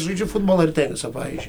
žaidžiu futbolą ir tenisą pavyzdžiui